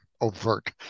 overt